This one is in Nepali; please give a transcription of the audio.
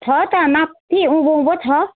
छ त माथि उँभो उँभो छ